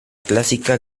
clásica